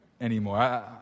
Anymore